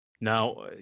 Now